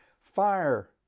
fire